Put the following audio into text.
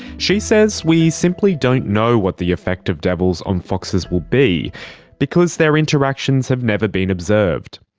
she says we simply don't know what the effect of devils on foxes will be because their interactions have never been observed.